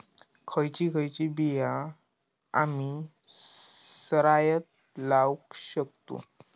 खयची खयची बिया आम्ही सरायत लावक शकतु?